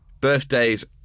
Birthdays